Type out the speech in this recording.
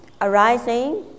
arising